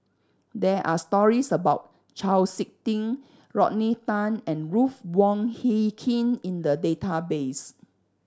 there are stories about Chau Sik Ting Rodney Tan and Ruth Wong Hie King in the database